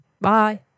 Bye